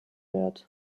wird